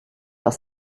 aus